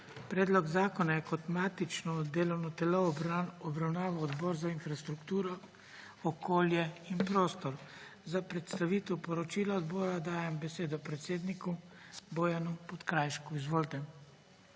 Predlog zakona je kot matično delovno telo obravnaval Odbor za infrastrukturo, okolje in prostor. Za predstavitev poročila odbora dajem besedo predsedniku, Bojanu Podkrajšku. Izvolite.